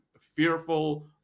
fearful